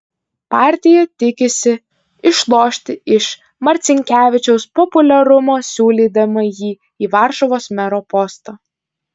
partija tikisi išlošti iš marcinkevičiaus populiarumo siūlydama jį į varšuvos mero postą